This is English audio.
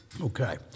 Okay